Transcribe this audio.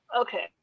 okay